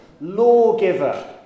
lawgiver